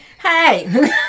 Hey